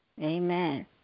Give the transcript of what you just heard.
Amen